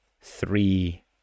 three